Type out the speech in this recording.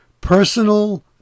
personal